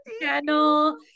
channel